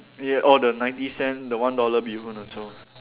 yeah all the ninety cents the one dollar bee-hoon also